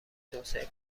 توسعه